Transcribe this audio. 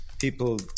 people